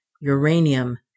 Uranium